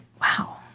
Wow